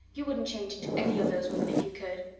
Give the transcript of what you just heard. you wouldn't change into any of those women if you could.